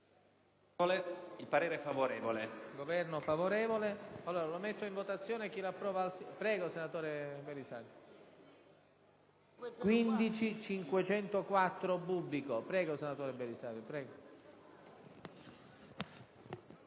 e parere favorevole